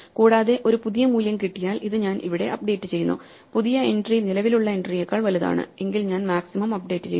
കൂടാതെ ഒരു പുതിയ മൂല്യം കിട്ടിയാൽ ഇത് ഞാൻ ഇവിടെ അപ്ഡേറ്റുചെയ്യുന്നു പുതിയ എൻട്രി നിലവിൽ ഉള്ള എൻട്രിയേക്കാൾ വലുതാണ് എങ്കിൽ ഞാൻ മാക്സിമം അപ്ഡേറ്റു ചെയ്യുന്നു